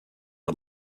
out